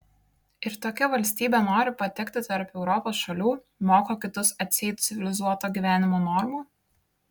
ir tokia valstybė nori patekti tarp europos šalių moko kitus atseit civilizuoto gyvenimo normų